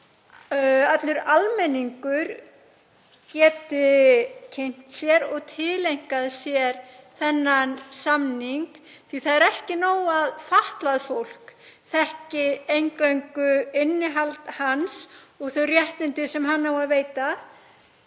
allur almenningur geti kynnt sér og tileinkað sér þennan samning því að það er ekki nóg að fatlað fólk eingöngu þekki innihald hans og þau réttindi sem hann á að veita.